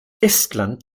estland